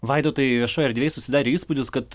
vaidotai viešoj erdvėj susidarė įspūdis kad